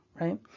right